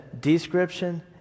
description